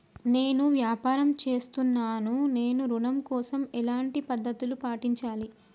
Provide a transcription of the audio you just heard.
నేను వ్యాపారం చేస్తున్నాను నేను ఋణం కోసం ఎలాంటి పద్దతులు పాటించాలి?